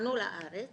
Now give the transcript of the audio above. הגענו לארץ